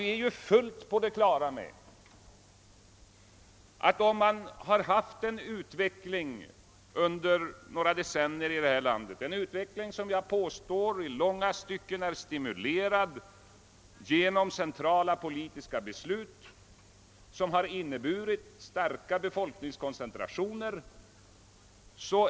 Vi är fullt på det klara med att vi under några decennier har haft en utveckling här i landet, som i långa stycken stimvlerats genom centrala politiska beslut och som har inneburit en stark befolkningskoncentration till vissa områden.